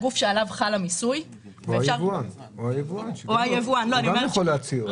הגוף שעליו חל המיסוי --- גם היבואן יכול להצהיר.